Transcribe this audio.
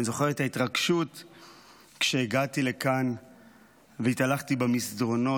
אני זוכר את ההתרגשות כשהגעתי לכאן והתהלכתי במסדרונות.